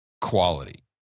quality